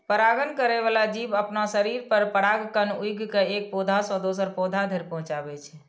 परागण करै बला जीव अपना शरीर पर परागकण उघि के एक पौधा सं दोसर पौधा धरि पहुंचाबै छै